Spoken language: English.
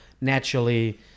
naturally